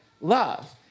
love